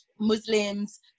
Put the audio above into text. Muslims